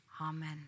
amen